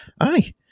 aye